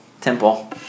temple